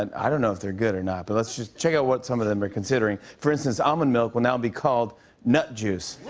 and i don't know if they're good or not, but let's just check out what some of them are considering. for instance, almond milk will now be called nut juice.